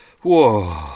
whoa